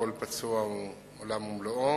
כל פצוע הוא עולם ומלואו.